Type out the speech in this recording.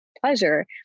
pleasure